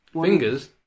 Fingers